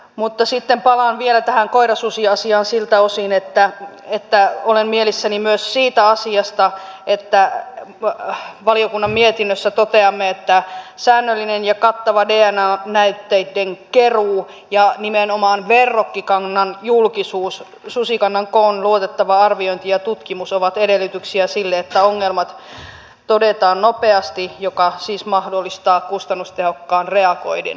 mutta sitten palaan vielä tähän koirasusiasiaan siltä osin että olen mielissäni myös siitä asiasta että valiokunnan mietinnössä toteamme että säännöllinen ja kattava dna näytteiden keruu ja nimenomaan verrokkikannan julkisuus susikannan koon luotettava arviointi ja tutkimus ovat edellytyksiä sille että ongelmat todetaan nopeasti mikä siis mahdollistaa kustannustehokkaan reagoinnin